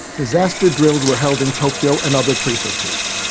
disaster drills were held in tokyo and other prefectures.